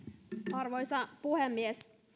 arvoisa puhemies